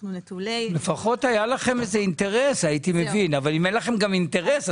אם היה לכם אינטרס הייתי מבין אבל אם אין לכם גם אינטרס,